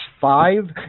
five